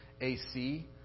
AC